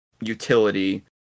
utility